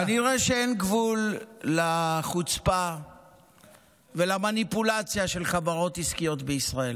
כנראה שאין גבול לחוצפה ולמניפולציה של חברות עסקיות בישראל.